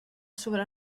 sobre